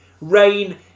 Rain